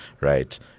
right